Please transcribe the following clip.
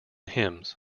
hymns